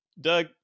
doug